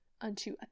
unto